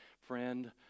friend